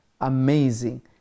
amazing